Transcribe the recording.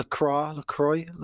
Lacroix